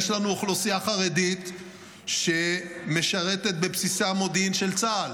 יש לנו אוכלוסייה חרדית שמשרתת בבסיסי המודיעין של צה"ל,